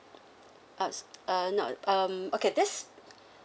uh uh no um okay that's